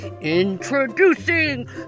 Introducing